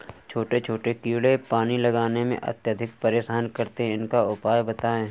छोटे छोटे कीड़े पानी लगाने में अत्याधिक परेशान करते हैं इनका उपाय बताएं?